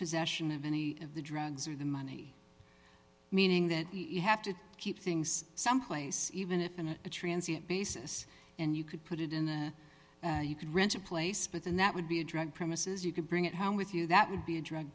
possession of any of the drugs or the money meaning that you have to keep things someplace even if in a transit basis and you could put it in a you could rent a place but then that would be a drug premises you could bring it home with you that would be a drug